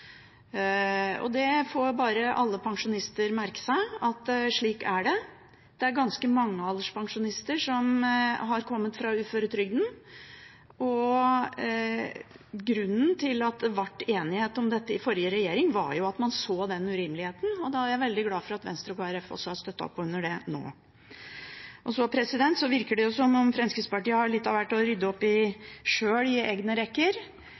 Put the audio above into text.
ufør. Da får alle pensjonister merke seg at slik er det. Det er ganske mange alderspensjonister som har kommet fra uføretrygden. Grunnen til at det ble enighet om dette i forrige regjering, var at man så den urimeligheten. Da er veldig jeg glad for at Venstre og Kristelig Folkeparti også har støttet opp om det nå. Det virker som om Fremskrittspartiet har litt av hvert å rydde opp i i egne rekker.